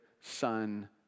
son